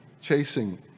chasing